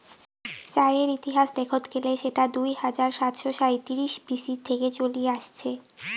চায়ের ইতিহাস দেখত গেলে সেটা দুই হাজার সাতশ সাঁইত্রিশ বি.সি থেকে চলি আসছে